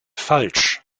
falsch